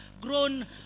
grown